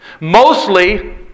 Mostly